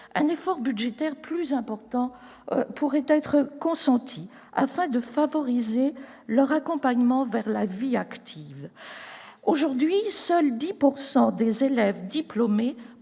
Un effort budgétaire plus important pourrait être consenti afin de favoriser leur accompagnement vers la vie active : aujourd'hui, seuls 10 % des élèves diplômés